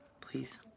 Please